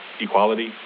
equality